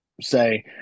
say